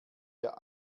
der